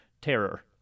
terror